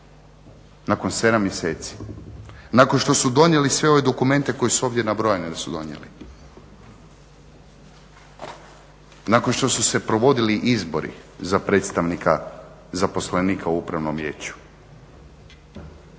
nakon sedam mjeseci, nakon što su donijeli sve ove dokumente koji su ovdje nabrojani da su donijeli. Nakon što su se provodili izbori za predstavnika zaposlenika u upravnom vijeću.